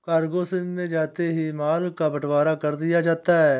cargo ship में जाते ही माल का बंटवारा कर दिया जाता है